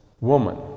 Woman